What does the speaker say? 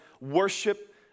worship